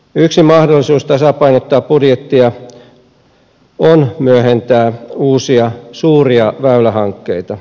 yksi mahdollisuus tasapainottaa budjettia on myöhentää uusia suuria väylähankkeita